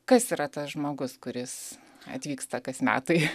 kas yra tas žmogus kuris atvyksta kas metai